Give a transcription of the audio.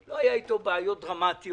שלא היו אתו בעיות דרמטיות,